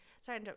sorry